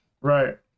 right